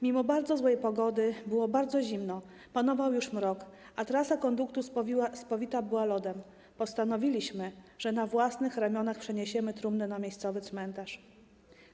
Mimo bardzo złej pogody - było bardzo zimno, panował już mrok, a trasa konduktu spowita była lodem - postanowiliśmy, że na własnych ramionach przeniesiemy trumnę na miejscowy cmentarz.